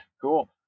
cool